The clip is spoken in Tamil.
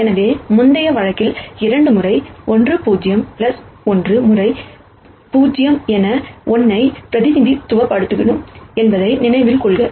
எனவே முந்தைய வழக்கில் 2 முறை 1 0 1 முறை 0 என 1 ஐ பிரதிநிதித்துவப்படுத்தினோம் என்பதை நினைவில் கொள்க